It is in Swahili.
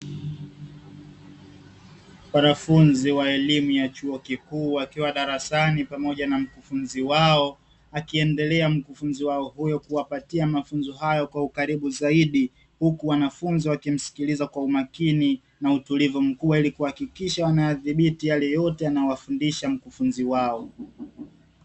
Wanafunzi wa elimu ya chuo kikuu wakiwa darasani pamoja na mkufunzi wao, akiendelea mkufunzi wao kuwapatia mafunzo hayo kwa ukaribu zaidi, huku wanafunzi wakimsikiiza kwa umakini na utulivu mkubwa, ili kuhakikisha wameyadhibiti yale yote anayowafundisha mkufunzi wao.